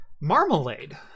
Marmalade